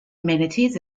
amenities